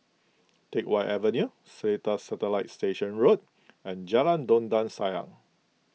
Teck Whye Avenue Seletar Satellite Station Road and Jalan Dondang Sayang